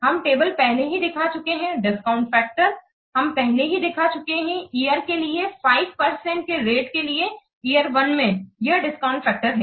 हम टेबल पहले ही देख चुके हैं डिस्काउंट फैक्टर हम पहले ही देख चुके हैं ईयर के लिए 5 परसेंटके रेट के लिए ईयर वन में यह डिस्काउंटेड फेक्टर है